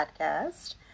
podcast